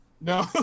no